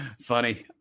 Funny